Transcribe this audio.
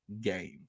game